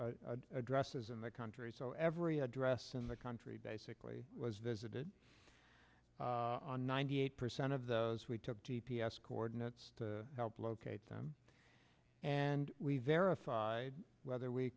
addresses in the country so every address in the country basically was visited on ninety eight percent of those we took g p s coordinates to help locate them and we verified whether we